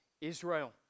Israel